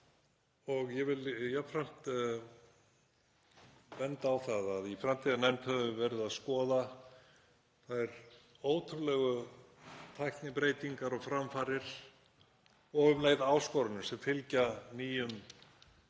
Ég vil jafnframt benda á það að í framtíðarnefnd höfum við verið að skoða þær ótrúlegu tæknibreytingar og framfarir og um leið áskoranir sem fylgja nýjum